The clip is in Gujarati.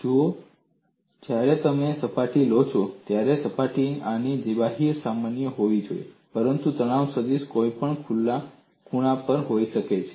જુઓ જ્યારે તમે સપાટી લો છો ત્યારે સપાટી આની જેમ બાહ્ય સામાન્ય હોઈ શકે છે પરંતુ તણાવ સદીશ કોઈપણ ખૂણા પર હોઈ શકે છે